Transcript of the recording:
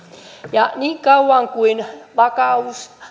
ja niin kauan kuin vakaus